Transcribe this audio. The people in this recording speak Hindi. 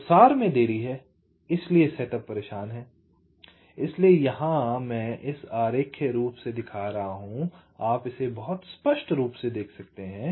प्रसार में देरी है इसलिए सेटअप परेशान है इसलिए यहां मैं इसे आरेखीय रूप से दिखा रहा हूं आप इसे बहुत स्पष्ट रूप से देख सकते हैं